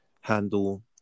handle